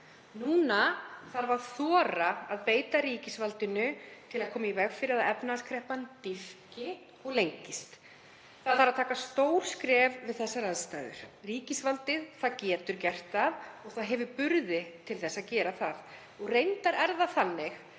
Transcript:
Núna þarf að þora að beita ríkisvaldinu til að koma í veg fyrir að efnahagskreppan dýpki og lengist. Það þarf að taka stór skref við þessar aðstæður. Ríkisvaldið getur gert það og hefur burði til að gera það. Reyndar er það þannig